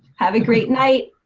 have a great night.